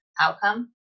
outcome